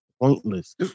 pointless